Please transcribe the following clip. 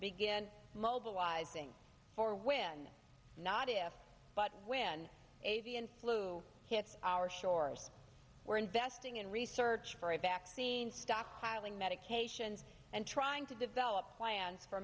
begin mobilizing for when not if but when avian flu hits our shores we're investing in research for a vaccine stockpiling medications and trying to develop plans for